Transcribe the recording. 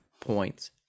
Points